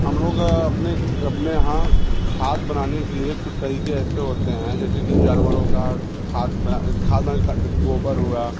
हम लोग अपने अपने यहाँ खाद बनाने के लिए कुछ तरीक़े ऐसे होते हैं जैसे कि जानवरों का खाद खाद बनाने गोबर हुआ